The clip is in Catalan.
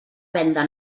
venda